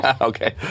Okay